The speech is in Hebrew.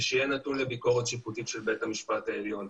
ושיהיה נתון לביקורת שיפוטית של בית המשפט העליון.